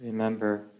Remember